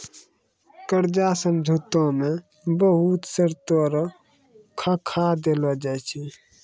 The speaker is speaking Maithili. कर्जा समझौता मे बहुत शर्तो रो खाका देलो जाय छै